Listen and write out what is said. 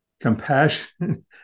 compassion